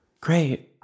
Great